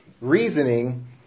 reasoning